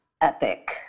epic